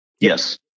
Yes